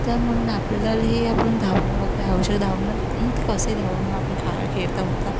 तर म्हणून आपल्याला हे आपण धावणं आवश्यक धावणं मग ते कसंही धावा मग आपण खाय खेळता उठता